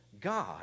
God